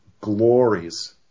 glories